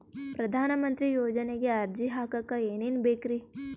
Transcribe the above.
ಪ್ರಧಾನಮಂತ್ರಿ ಯೋಜನೆಗೆ ಅರ್ಜಿ ಹಾಕಕ್ ಏನೇನ್ ಬೇಕ್ರಿ?